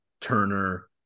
Turner